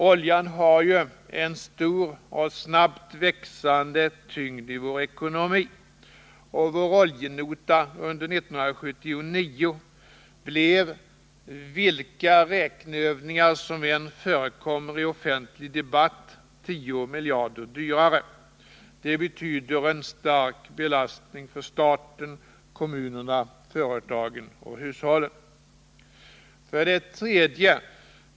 Oljan har ju en stor och snabbt växande tyngd i vår ekonomi, och vår oljenota under 1979 blev, vilka räkneövningar som än förekommer i den offentliga debatten, 10 miljarder dyrare. Det betyder en stark belastning för staten, kommunerna, företagen och hushållen.